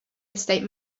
estate